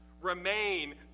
remain